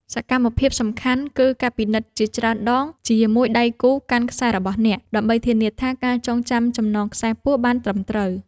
សកម្មភាពសំខាន់ គឺការពិនិត្យជាច្រើនដងជាមួយដៃគូកាន់ខ្សែរបស់អ្នក ដើម្បីធានាថាការចងចំណងខ្សែពួរបានត្រឹមត្រូវ។